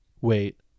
Wait